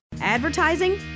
Advertising